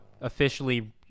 officially